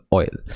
oil